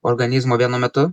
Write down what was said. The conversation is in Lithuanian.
organizmo vienu metu